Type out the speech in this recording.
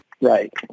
Right